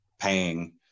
paying